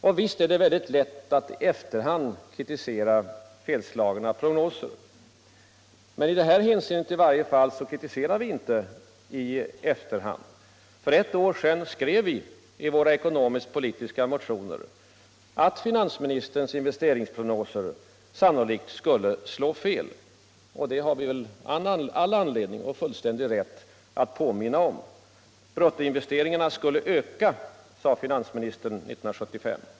Och visst är det väldigt lätt att i efterhand kritisera felslagna prognoser. Men i det här hänseendet kritiserar vi i varje fall inte i efterhand. För ett år sedan skrev vi i våra ekonomiska och politiska motioner att finansministerns investeringsprognoser sannolikt skulle slå fel. Och det har vi väl all anledning och fullständig rätt att påminna om. Bruttoinvesteringarna skulle öka, sade finansministern 1975.